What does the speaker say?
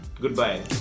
Goodbye